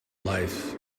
life